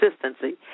consistency